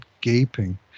gaping